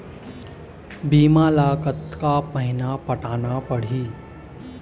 बीमा ला कतका महीना पटाना पड़ही?